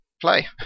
Play